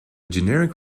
generic